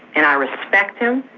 and i respect him,